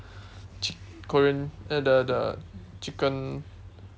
chi~ korean uh the the chicken